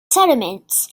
settlements